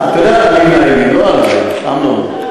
אתה יודע על מי מאיימים, לא עלי, אמנון.